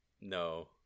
no